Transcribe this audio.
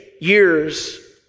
years